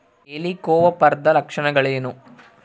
ಹೆಲಿಕೋವರ್ಪದ ಲಕ್ಷಣಗಳೇನು?